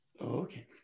Okay